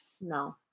No